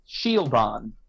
Shieldon